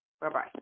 Bye-bye